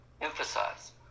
Emphasize